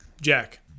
Jack